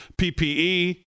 PPE